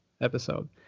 episode